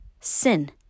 sin